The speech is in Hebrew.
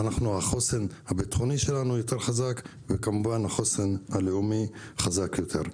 החוסן הבטחוני שלנו יותר וחזק וכמובן החוסן הלאומי חזק יותר.